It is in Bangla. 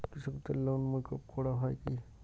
কৃষকদের লোন মুকুব করা হয় কি?